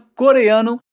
coreano